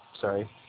sorry